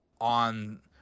on